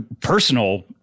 personal